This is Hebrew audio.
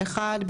אחד,